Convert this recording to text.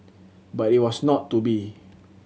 but it was not to be